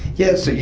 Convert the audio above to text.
yes.